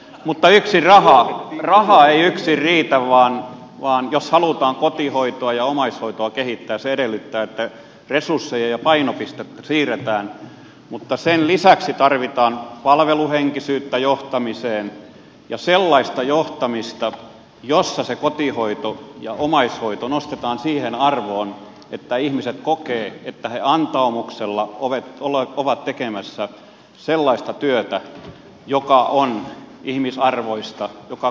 mutta raha ei yksin riitä vaan jos halutaan kotihoitoa ja omaishoitoa kehittää se edellyttää että resursseja ja painopistettä siirretään mutta sen lisäksi tarvitaan palveluhenkisyyttä johtamiseen ja sellaista johtamista jossa se kotihoito ja omaishoito nostetaan siihen arvoon että ihmiset kokevat että he antaumuksella ovat tekemässä sellaista työtä joka on ihmisarvoista joka korostaa vanhuutta